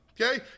okay